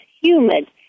humid